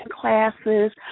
classes